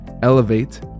Elevate